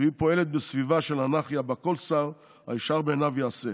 והיא פועלת בסביבה של אנרכיה שבה כל שר הישר בעיניו יעשה.